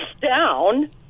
down